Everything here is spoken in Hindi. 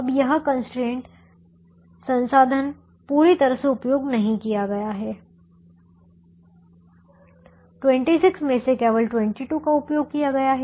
अब यह कंस्ट्रेंट संसाधन पूरी तरह से उपयोग नहीं किया गया है 26 में से केवल 22 का उपयोग किया गया है